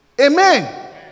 Amen